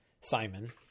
Simon